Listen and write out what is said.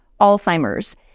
Alzheimer's